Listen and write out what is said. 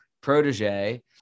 protege